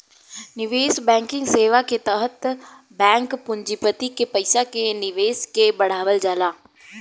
निवेश बैंकिंग सेवा के तहत बैंक पूँजीपति के पईसा के निवेश के बढ़ावल जाला